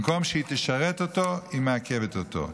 במקום שהיא תשרת אותו, היא מעכבת אותו.